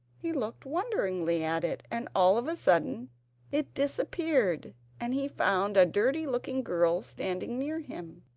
he looked wonderingly at it, and all of a sudden it disappeared and he found a dirty looking girl standing near him.